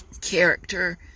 character